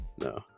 no